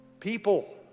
People